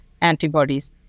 antibodies